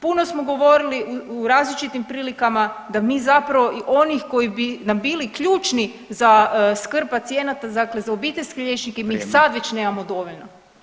Puno smo govorili u različitim prilikama da mi zapravo i onih koji bi nam bili ključni za skrb pacijenta dakle za obiteljske liječnike mi ih već sad [[Upadica: Vrijeme.]] već nemamo dovoljno.